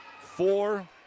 Four